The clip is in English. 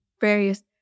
various